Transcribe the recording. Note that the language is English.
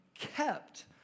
kept